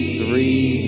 three